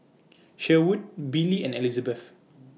Sherwood Billy and Elizebeth